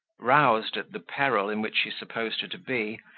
roused at the peril in which she supposed her to be,